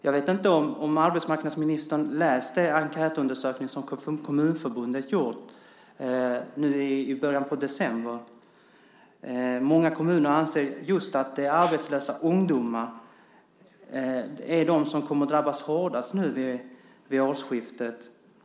Jag vet inte om arbetsmarknadsministern har läst den enkätundersökning som Kommunförbundet gjorde i början på december. Många kommuner anser att arbetslösa ungdomar är de som kommer att drabbas hårdast vid årsskiftet.